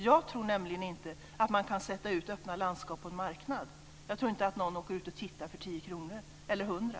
Jag tror nämligen inte att man kan sätta ut öppna landskap på en marknad. Jag tror inte att någon åker ut och tittar för 10 kr eller 100.